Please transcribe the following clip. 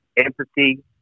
empathy